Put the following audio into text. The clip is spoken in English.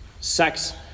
sex